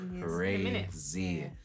Crazy